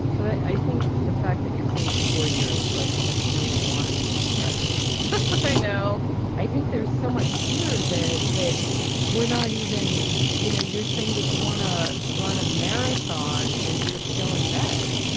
but i think the fact that you're saying it's four years. lt's like no one gets it i know i think there's so much here that that we're not even you know, you're saying that you want to run a marathon and you're still in bed,